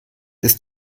ist